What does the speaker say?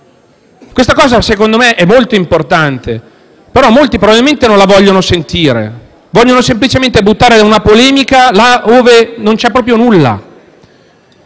Questo secondo me è molto importante; però molti probabilmente non lo vogliono sentire, ma vogliono semplicemente buttarla in polemica, là ove non c'è proprio nulla.